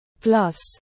Plus